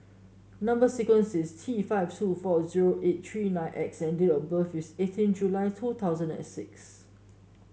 number sequence is T five two four zero eight three nine X and date of birth is eighteen July two thousand and six